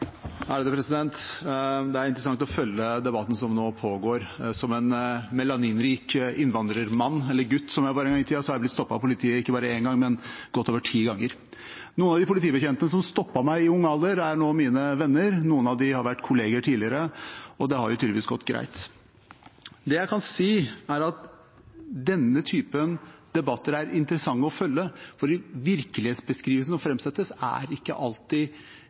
interessant å følge debatten som nå pågår. Som en melaninrik innvandrermann – eller gutt, som jeg var en gang i tiden – har jeg blitt stoppet av politiet ikke bare én gang, men godt over ti ganger. Noen av politibetjentene som stoppet meg i ung alder, er nå mine venner. Noen av dem har vært kollegaer tidligere. Det har jo tydeligvis gått greit. Det jeg kan si, er at denne typen debatter er interessante å følge, for virkelighetsbeskrivelsen som framsettes, er ikke alltid